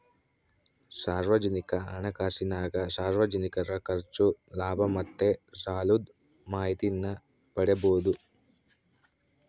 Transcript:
ಸಾರ್ವಜನಿಕ ಹಣಕಾಸಿನಾಗ ಸಾರ್ವಜನಿಕರ ಖರ್ಚು, ಲಾಭ ಮತ್ತೆ ಸಾಲುದ್ ಮಾಹಿತೀನ ಪಡೀಬೋದು